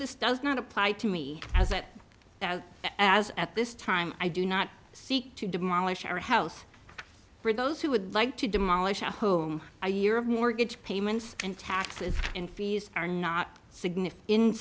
this does not apply to me as that as at this time i do not seek to demolish our house for those who would like to demolish a home or year of mortgage payments and taxes and fees are not signif